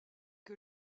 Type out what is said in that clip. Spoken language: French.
que